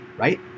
right